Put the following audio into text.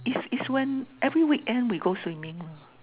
is is when every weekend we go swimming lah